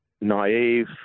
naive